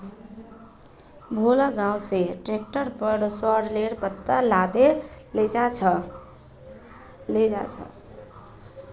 भोला गांव स ट्रैक्टरेर पर सॉरेलेर पत्ता लादे लेजा छ